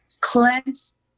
Cleanse